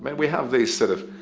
but we have these, sort of,